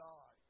God